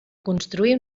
construir